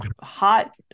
hot